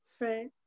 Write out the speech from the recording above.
Right